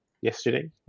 yesterday